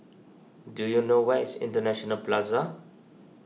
do you know where is International Plaza